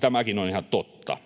tämäkin on ihan totta.